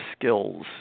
skills